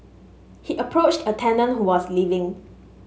he approached a tenant who was leaving